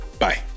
Bye